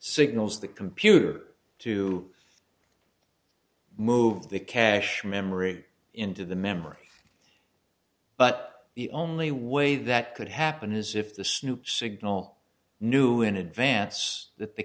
signals the computer to move the cache memory into the memory but the only way that could happen is if the snoop signal knew in advance that the